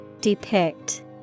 Depict